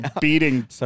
beating